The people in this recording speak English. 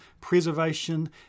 preservation